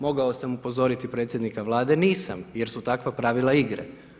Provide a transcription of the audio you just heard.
Mogao sam upozoriti predsjednika Vlade, nisam jer su takva pravila igre.